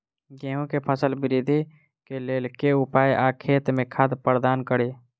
गेंहूँ केँ फसल वृद्धि केँ लेल केँ उपाय आ खेत मे खाद प्रदान कड़ी?